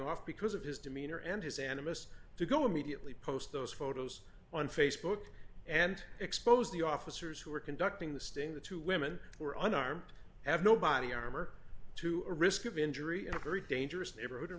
off because of his demeanor and his animus to go immediately post those photos on facebook and expose the officers who were conducting the sting the two women were unarmed have no body armor to a risk of injury in a very dangerous neighborhood in